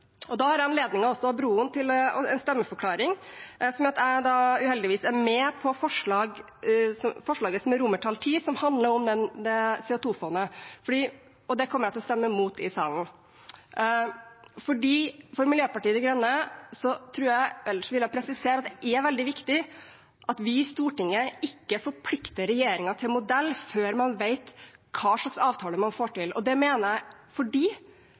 Da har jeg også anledning til å gi en stemmeforklaring. Jeg er uheldigvis med på forslag til vedtak X, som handler om CO 2 -fondet. Det kommer jeg til å stemme mot i salen. For Miljøpartiet De Grønne vil jeg presisere at det er veldig viktig at Stortinget ikke forplikter regjeringen til modell før man vet hva slags avtale man får til. Det mener jeg